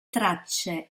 tracce